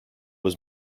was